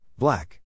Black